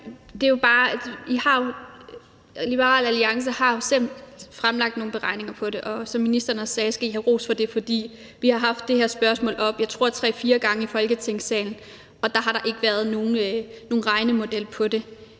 lige tråden. Liberal Alliance har jo selv fremlagt nogle beregninger på det, og som ministeren også sagde, skal I have ros for det, for vi har haft det her spørgsmål oppe tre-fire gange i Folketingssalen, tror jeg, og der har der ikke været nogen regnemodel for det.